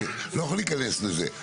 אני לא יכול להיכנס לזה.